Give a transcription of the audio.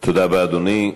תודה רבה, אדוני.